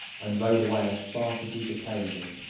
and rode away as fast as he could carry me